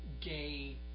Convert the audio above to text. gay